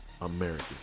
American